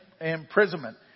Imprisonment